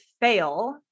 fail